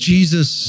Jesus